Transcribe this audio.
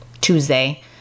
Tuesday